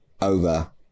over